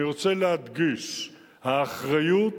אני רוצה להדגיש, האחריות: